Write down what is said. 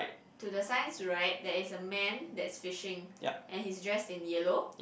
to the signs right there is a man that's fishing and he's dressed in yellow